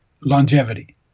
longevity